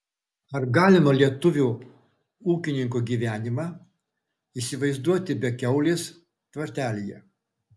ar galima lietuvio ūkininko gyvenimą įsivaizduoti be kiaulės tvartelyje